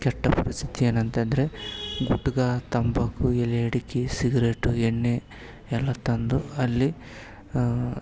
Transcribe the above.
ಕೆಟ್ಟ ಪರಿಸ್ಥಿತಿ ಏನಂತಂದರೆ ಗುಟ್ಕ ತಂಬಾಕು ಎಲೆ ಅಡಿಕೆ ಸಿಗರೇಟು ಎಣ್ಣೆ ಎಲ್ಲ ತಂದು ಅಲ್ಲಿ